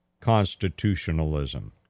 constitutionalism